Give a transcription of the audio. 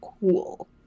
cool